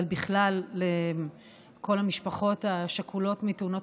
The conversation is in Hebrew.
אבל בכלל לכל המשפחות השכולות מתאונות